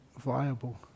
viable